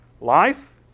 Life